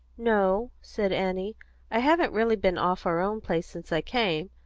no, said annie i haven't really been off our own place since i came.